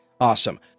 Awesome